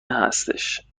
هستش